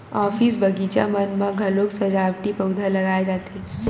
office, बगीचा मन म घलोक सजावटी पउधा लगाए जाथे